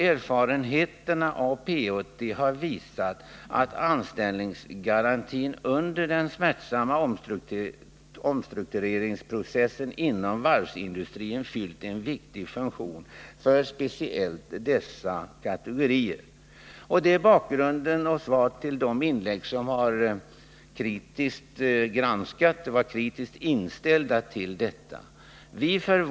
Erfarenheterna av P 80 har visat att anställningsgarantin under den smärtsamma omstruktureringsprocessen inom varvsindustrin fyllt en viktig funktion för speciellt dessa kategorier. Denna bakgrund kan ge svar till dem som varit kritiskt inställda till denna fråga.